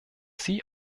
sie